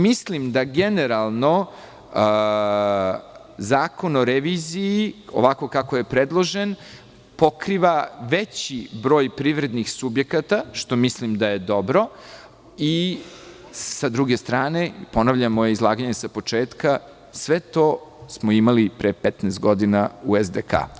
Mislim da, generalno, Zakon o reviziji ovako kako je predložen pokriva veći broj privrednih subjekata, što mislim da je dobro, i sa druge strane, ponavljam moje izlaganje sa početka, sve to smo imali pre 15 godina u SDK.